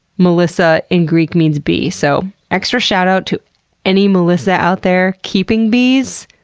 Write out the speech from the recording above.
melissa in greek means bee. so, extra shout out to any melissa out there keeping bees.